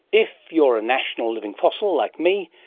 if you're a national living fossil like me,